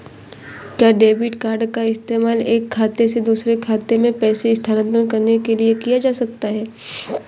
क्या debit card का इस्तेमाल एक खाते से दूसरे खाते में पैसे स्थानांतरण करने के लिए किया जा सकता है?